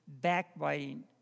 backbiting